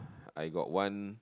I got one